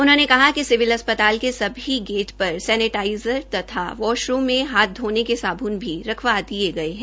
उन्होंने कहा कि सिविल अस्पताल के सभी गेट पर सेनेटाइज़र तथा वाशरूम में हाथ धोने के साबुन भी रखवा दिये गये है